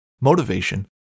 motivation